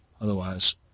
Otherwise